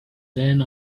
then